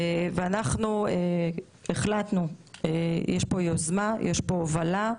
ואנחנו החלטנו, יש פה יוזמה, יש פה הובלה,